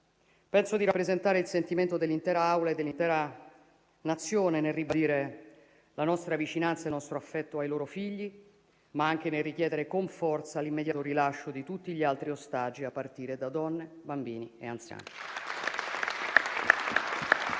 Penso di rappresentare il sentimento dell'intera Assemblea e dell'intera Nazione nel ribadire la nostra vicinanza e il nostro affetto ai loro figli, ma anche nel richiedere con forza l'immediato rilascio di tutti gli altri ostaggi, a partire da donne, bambini e anziani.